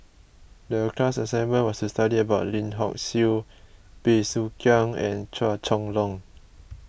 the class assignment was to study about Lim Hock Siew Bey Soo Khiang and Chua Chong Long